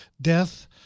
Death